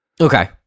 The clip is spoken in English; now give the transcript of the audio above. okay